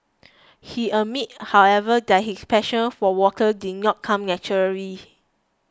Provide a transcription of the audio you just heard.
he admits however that his passion for water did not come naturally